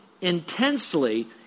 intensely